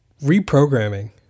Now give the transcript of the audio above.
reprogramming